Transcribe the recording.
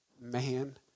man